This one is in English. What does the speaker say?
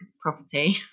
property